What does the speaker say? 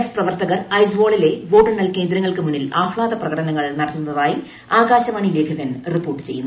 F പ്രവർത്തകർ ഐസ്വാളിലെ വോട്ടെണ്ണൽ കേന്ദ്രങ്ങൾക്ക് മുന്നിൽ ആഫ്ലാദ പ്രകടനങ്ങൾ നടത്തുന്നതായി ആകാശവാണി ലേഖകൻ റിപ്പോർട്ട് ചെയ്യുന്നു